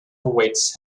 awaits